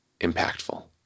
impactful